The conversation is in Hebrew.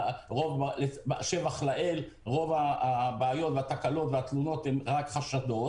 השבח לאל, רוב התקלות הן רק חשדות